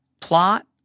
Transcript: plot